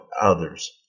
others